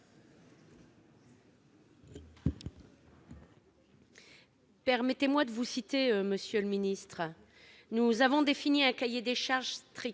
Permettez-moi de vous citer, monsieur le ministre :« Nous avons défini un cahier des charges strict.